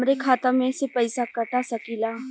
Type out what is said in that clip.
हमरे खाता में से पैसा कटा सकी ला?